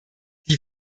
die